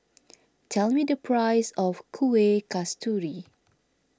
tell me the price of Kuih Kasturi